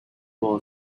will